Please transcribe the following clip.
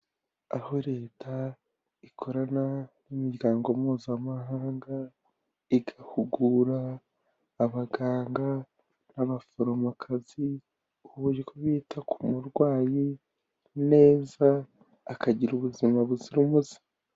Aho leta ikorana n'imiryango mpuzamahanga igahugura abaganga n'abaforomokazi uburyo bita ku murwayi neza akagira ubuzima buzira umuze.